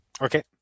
Okay